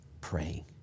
praying